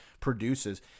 produces